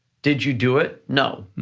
did you do it? no.